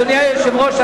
אדוני היושב-ראש,